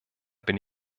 bin